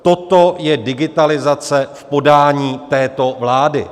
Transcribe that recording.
Toto je digitalizace v podání této vlády.